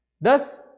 Thus